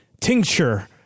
tincture